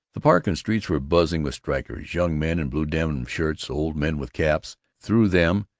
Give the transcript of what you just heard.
the park and streets were buzzing with strikers, young men in blue denim shirts, old men with caps. through them,